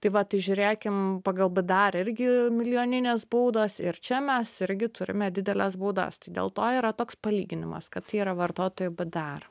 tai va tai žiūrėkim pagal bėdėar irgi milijoninės baudos ir čia mes irgi turime dideles baudas tai dėl to yra toks palyginimas kad tai yra vartotojų bėdėar